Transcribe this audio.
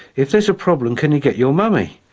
if there's a problem, can you get your mummy?